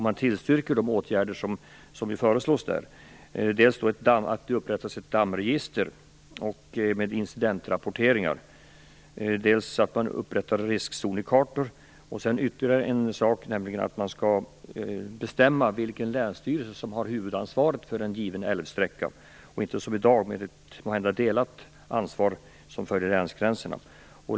Man tillstyrker de åtgärder som utredningen föreslår, dels att ett dammregister upprättas med incidentrapporteringar, dels att riskzonekartor upprättas. Vidare tillstyrker man att det skall bestämmas vilken länsstyrelse som skall ha huvudansvaret för en given älvsträcka, och att det inte, som i dag, skall vara ett delat ansvar som följer länsgränserna.